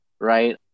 right